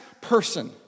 person